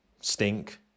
Stink